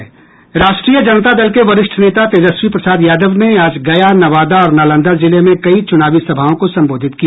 राष्ट्रीय जनता दल के वरिष्ठ नेता तेजस्वी प्रसाद यादव ने आज गया नवादा और नालंदा जिलें में कई चुनावी सभाओं को संबोधित किया